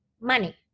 money